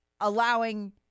allowing